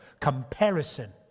comparison